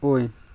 ꯑꯣꯏ